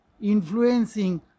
influencing